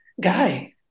guy